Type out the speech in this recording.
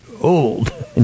old